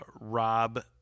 Rob